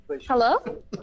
Hello